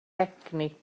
egni